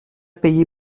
payé